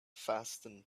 fasten